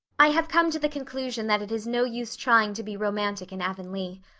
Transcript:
i have come to the conclusion that it is no use trying to be romantic in avonlea.